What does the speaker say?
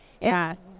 yes